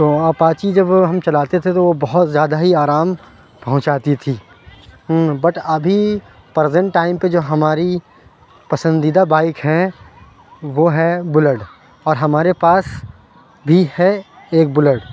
تو اپاچی جب ہم چلاتے تھے تو وہ بہت زیادہ ہی آرام پہنچاتی تھی بٹ ابھی پرزینٹ ٹائم پہ جو ہماری پسندیدہ بائک ہیں وہ ہے بلیٹ اور ہمارے پاس بھی ہے ایک بلیٹ